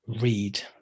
read